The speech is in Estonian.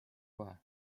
kohe